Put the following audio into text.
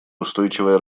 устойчивое